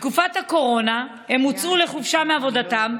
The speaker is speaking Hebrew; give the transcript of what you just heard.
בתקופת הקורונה הם הוצאו לחופשה מעבודתם,